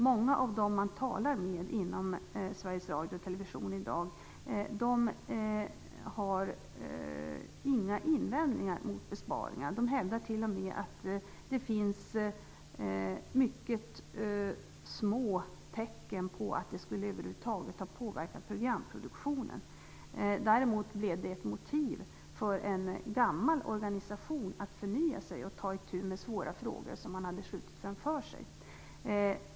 Många av dem man talar med i dag inom Sveriges radio och television har inga invändningar mot besparingar. De hävdar t.o.m. att det knappt finns några tecken på att de skulle ha påverkat programproduktionen över huvud taget. Däremot blev besparingarna ett motiv för en gammal organisation att förnya sig och ta itu med svåra frågor som man hade skjutit framför sig.